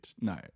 no